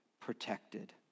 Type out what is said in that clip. protected